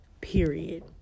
period